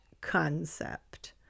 concept